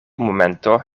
momento